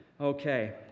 Okay